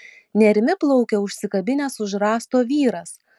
nerimi plaukia užsikabinęs už rąsto vyras